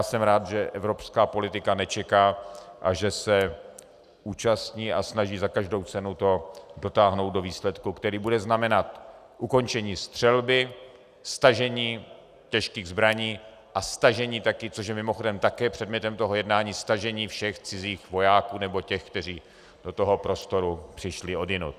Jsem rád, že evropská politika nečeká a že se účastní a snaží za každou cenu to dotáhnout do výsledku, který bude znamenat ukončení střelby, stažení těžkých zbraní a stažení což je mimochodem také předmětem toho jednání všech cizích vojáků nebo těch, kteří do toho prostoru přišli odjinud.